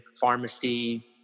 pharmacy